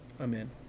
Amen